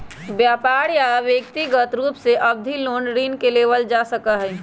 व्यापार या व्यक्रिगत रूप से अवधि लोन ऋण के लेबल जा सका हई